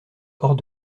hors